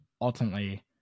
ultimately